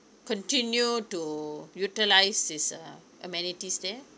continue to utilize this uh amenities there